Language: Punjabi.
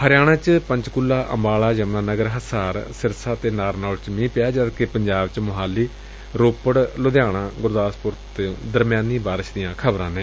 ਹਰਿਆਣਾ ਚ ਪੰਚਕੂਲਾ ਅੰਬਾਲਾ ਯਮੁਨਾਨਗਰ ਹਿਸਾਰ ਸਿਰਸਾ ਅਤੇ ਨਾਰਨੌਲ ਚ ਮੀਹ ਪਿਐ ਜਦ ਕਿ ਪੰਜਾਬ ਚ ਮੋਹਾਲੀ ਰੋਪੜ ਲੁਧਿਆਣਾ ਗੁਰਦਾਸਪੁਰ ਤੋਂ ਦਰਮਿਆਨੀ ਬਾਰਿਸ਼ ਦੀਆਂ ਖ਼ਬਰਾਂ ਨੇ